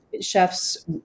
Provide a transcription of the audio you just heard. Chefs